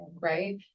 right